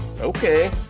okay